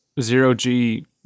zero-G